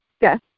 Yes